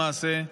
למעשה,